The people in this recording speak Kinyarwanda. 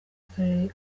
akarere